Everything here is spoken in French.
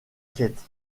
kate